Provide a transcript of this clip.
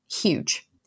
huge